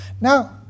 Now